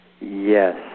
Yes